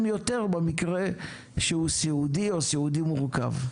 יותר במקרה שהוא סיעודי או סיעודי מורכב.